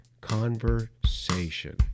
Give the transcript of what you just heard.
conversation